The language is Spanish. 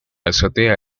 azotea